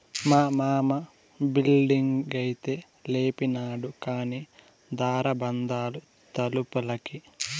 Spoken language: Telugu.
మా మామ బిల్డింగైతే లేపినాడు కానీ దార బందాలు తలుపులకి